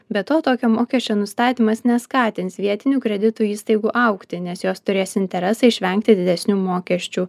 be to tokio mokesčio nustatymas neskatins vietinių kredito įstaigų augti nes jos turės interesą išvengti didesnių mokesčių